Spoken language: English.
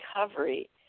recovery